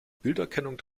bilderkennung